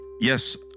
Yes